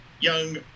young